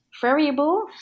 variable